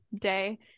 day